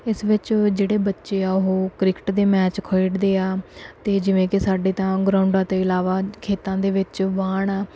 ਇਸ ਵਿੱਚ ਜਿਹੜੇ ਬੱਚੇ ਆ ਉਹ ਕ੍ਰਿਕਟ ਦੇ ਮੈਚ ਖੇਡਦੇ ਆ ਅਤੇ ਜਿਵੇਂ ਕਿ ਸਾਡੇ ਤਾਂ ਗਰਾਊਂਡਾਂ ਤੋਂ ਇਲਾਵਾ ਖੇਤਾਂ ਦੇ ਵਿੱਚ ਵਾਹੁਣ